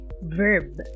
verb